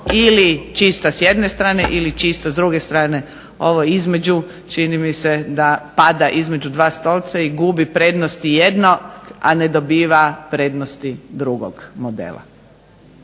ili čista s jedne strane ili čista s druge strane. Ovo između čini mi se da pada između dva stolca i gubi prednost ijednog, a ne dobiva prednosti drugog modela.